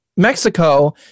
Mexico